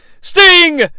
Sting